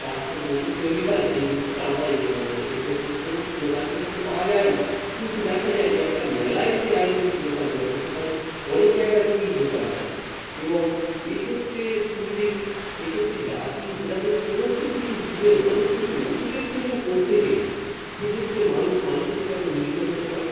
গাছ থেকে ওষুধ তৈরি হয় সেই ওষুধটা আমরা এক্ষেত্রে সমস্ত দোকান থেকে তো পাওয়া যায় না কিন্তু দেখা যায় যে একটা মেলায় যদি আয়ুর্বেদিক দোকান বসে সেখানে অনেক জায়গা থেকেই দোকান দেয় এবং এক্ষেত্রে সুবিধে কী এক্ষেত্রে জাতি ভেদাভেদ সমস্ত কিছু ভুলে মানুষ কিন্তু ওষুধের প্রয়োজন প্রত্যেকেরই সেক্ষেত্রে মানুষ মানুষের সাথে মিলিত হতে পারে